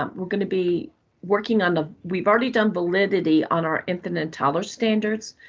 um we're gonna be working on, ah we've already done validity on our infant and toddler standards,